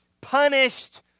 punished